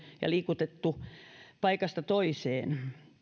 ja liikutettu paikasta toiseen